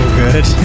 good